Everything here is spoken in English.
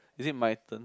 is it my turn